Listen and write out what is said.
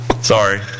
Sorry